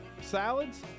salads